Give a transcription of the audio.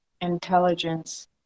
intelligence